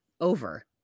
over